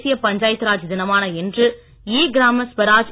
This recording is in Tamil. தேசிய பஞ்சாயத்து ராஜ் தினமான இன்று இ கிராம ஸ்வராஜ்